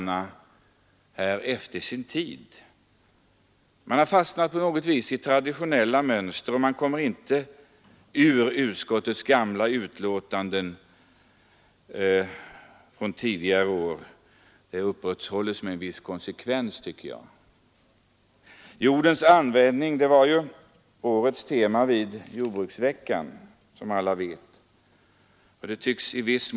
Man har 28 mars 1974 på något sätt fastnat i traditionella mönster, och man kommer inte ifrån utskottets utlåtanden tidigare år — den gamla attityden upprätthålls med en viss konsekvens. Frågan om jordens användning var, som alla vet, temat vid årets lantbruksvecka.